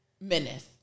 Menace